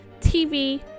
tv